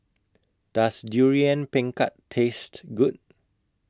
Does Durian Pengat Taste Good